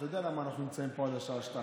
אתה יודע למה אנחנו נמצאים פה עד השעה 02:00?